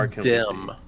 dim